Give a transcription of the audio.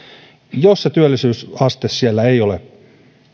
se työllisyysaste siellä ei ole